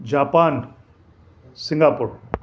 Japan Singapore